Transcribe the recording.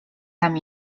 tam